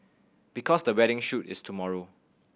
because the wedding shoot is tomorrow